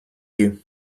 you